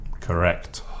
correct